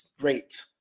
great